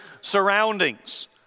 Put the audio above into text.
surroundings